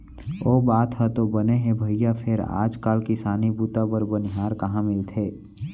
ओ बात ह तो बने हे भइया फेर आज काल किसानी बूता बर बनिहार कहॉं मिलथे?